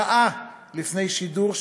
שעה לפני השידור,